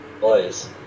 boys